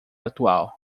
atual